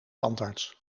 tandarts